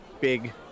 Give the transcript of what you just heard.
big